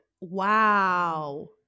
wow